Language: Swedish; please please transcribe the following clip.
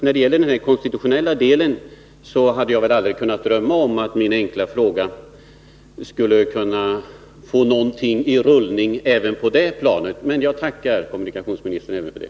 När det gäller den konstitutionella delen hade jag väl aldrig kunnat drömma om att min fråga skulle kunna få någonting i rullning även på det planet, men jag tackar kommunikationsministern också för det.